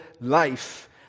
life